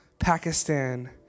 Pakistan